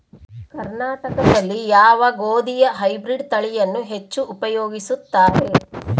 ಕರ್ನಾಟಕದಲ್ಲಿ ಯಾವ ಗೋಧಿಯ ಹೈಬ್ರಿಡ್ ತಳಿಯನ್ನು ಹೆಚ್ಚು ಉಪಯೋಗಿಸುತ್ತಾರೆ?